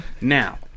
Now